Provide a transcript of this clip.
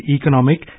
Economic